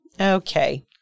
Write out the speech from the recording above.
Okay